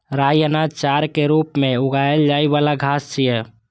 राइ अनाज, चाराक रूप मे उगाएल जाइ बला घास छियै